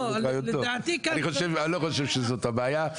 לא, לדעתי --- אני לא חושב שזו הבעיה.